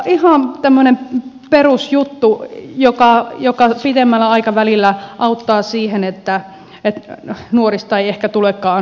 ihan tämmöinen perusjuttu joka pitemmällä aikavälillä auttaa siihen että nuorista ei ehkä tulekaan ylilihavia